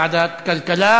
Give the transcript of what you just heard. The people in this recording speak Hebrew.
לוועדת הכלכלה